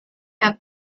have